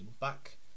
back